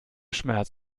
schmerz